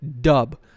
dub